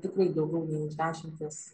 tikrai daugiau nei už dešimties